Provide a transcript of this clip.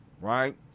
Right